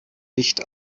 nicht